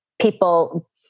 People